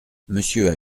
monsieur